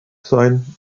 sein